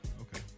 Okay